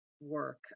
work